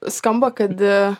skamba kad